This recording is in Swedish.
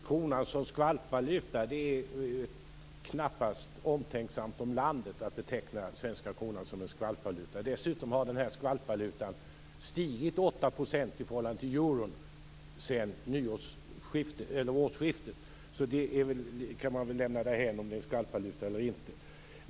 Herr talman! Det är knappast omtänksamt om landet att beteckna den svenska kronan som en skvalpvaluta. Dessutom har den här skvalpvalutan stigit 8 % i förhållande till euron sedan årsskiftet. Så man kan väl lämna det därhän om det är en skvalpvaluta eller inte.